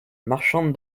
marchande